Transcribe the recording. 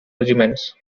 regiments